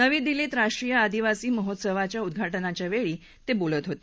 नवी दिल्लीत राष्ट्रीय आदिवासी महोत्सवाच्या उद्वाटनाच्या वेळी ते काल बोलत होते